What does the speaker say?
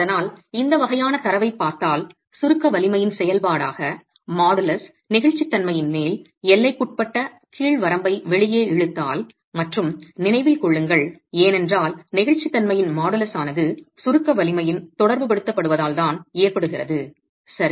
அதனால் இந்த வகையான தரவைப் பார்த்தால் சுருக்க வலிமையின் செயல்பாடாக மாடுலஸ் நெகிழ்ச்சித்தன்மையின் மேல் எல்லைக்குட்பட்ட கீழ் வரம்பை வெளியே இழுத்தால் மற்றும் நினைவில் கொள்ளுங்கள் ஏனென்றால் நெகிழ்ச்சித்தன்மையின் மாடுலஸ் ஆனது சுருக்க வலிமையின் தொடர்புபடுத்தப்படுவதால் தான் ஏற்படுகிறது சரி